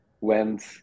went